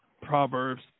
Proverbs